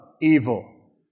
evil